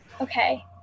Okay